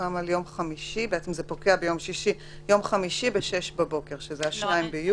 וסוכם על יום חמישי ב-06:00 בבוקר, שזה 2 ביולי.